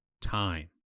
time